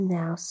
now